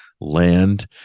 Land